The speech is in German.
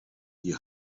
die